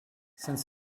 since